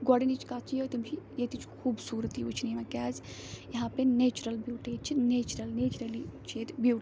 گۄڈٕنِچ کَتھ چھِ یہِ تِم چھِ ییٚتِچ خوٗبصوٗرتی وُچھنہٕ یِوان کیٛازِ یہاں پے نیچرَل بیٚوٹی ییٚتہِ چھِ نیچرَل نیچرٔلی چھِ ییٚتہِ بیٚوٹی